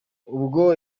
ubwo